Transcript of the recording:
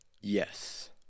Yes